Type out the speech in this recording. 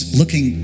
looking